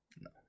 No